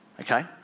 Okay